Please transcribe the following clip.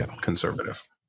conservative